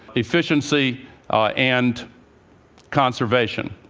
efficiency and conservation.